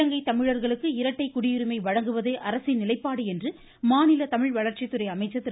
இலங்கை தமிழர்களுக்கு இரட்டை குடியுரிமை வழங்குவதே அரசின் நிலைப்பாடு என்று மாநில தமிழ் வளர்ச்சித்துறை அமைச்சர் திரு